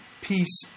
peace